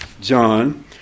John